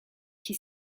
qui